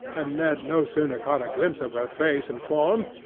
and ned no sooner caught a glimpse of her face and form,